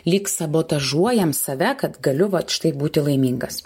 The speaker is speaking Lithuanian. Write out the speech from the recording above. lyg sabotažoujam save kad galiu vat štai būti laimingas